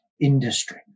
industry